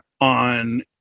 on